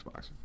Xbox